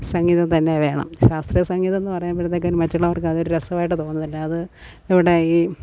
സംഗീതം തന്നെ വേണം ശാസ്ത്രീയ സംഗീതമെന്ന് പറയുമ്പഴ്ത്തേക്കതിന് മറ്റുള്ളവർക്കതൊരു രാസമായിട്ട് തോന്നുന്നില്ല അത് ഇവിടെ ഈ